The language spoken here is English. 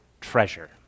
treasure